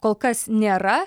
kol kas nėra